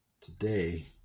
today